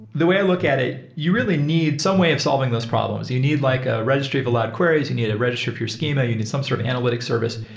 the way i look at it, you really need some way of solving those problems. you need like a registry of allowed queries. you need a registry of your schema. you need some serve sort of analytic service.